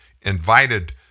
Invited